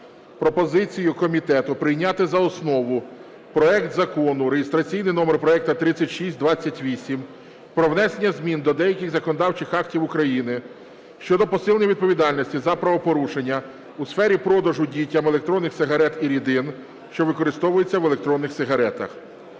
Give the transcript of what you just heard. пропозицію комітету прийняти за основу проект закону (реєстраційний номер проекту 3628) про внесення змін до деяких законодавчих актів України щодо посилення відповідальності за правопорушення у сфері продажу дітям електронних сигарет і рідин, що використовуються в електронних сигаретах.